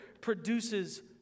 produces